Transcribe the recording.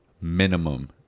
minimum